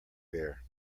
bear